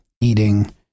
eating